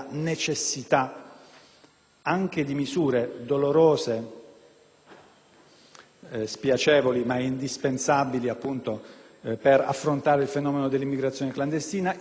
spiacevoli ma indispensabili per affrontare il fenomeno dell'immigrazione clandestina, ivi inclusa una temporanea e il più possibile ridotta nel tempo